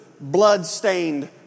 blood-stained